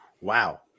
wow